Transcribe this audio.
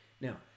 Now